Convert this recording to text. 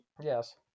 Yes